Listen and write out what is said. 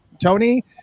Tony